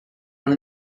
when